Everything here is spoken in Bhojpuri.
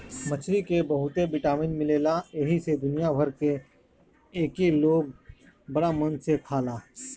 मछरी में बहुते विटामिन मिलेला एही से दुनिया भर में एके लोग बड़ा मन से खाला